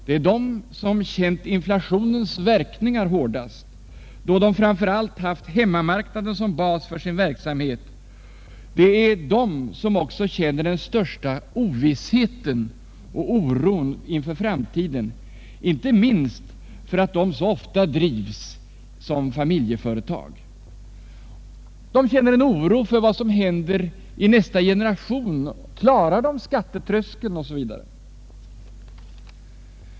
Det är de som har känt inflationens verkningar härdast, då de framför allt haft hemmamarknaden som bas för sin verksamhet. Det är de som också känner den största ovissheten och osäkerheten inför framtiden, inte minst därför att de så ofta drivs som familjeföretag. De känner en oro för vad som händer i nästa generation. Klarar de skattetröskeln?